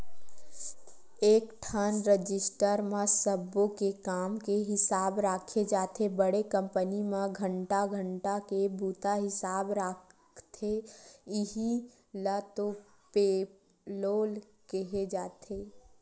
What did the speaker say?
एकठन रजिस्टर म सब्बो के काम के हिसाब राखे जाथे बड़े कंपनी म घंटा घंटा के बूता हिसाब राखथे इहीं ल तो पेलोल केहे जाथे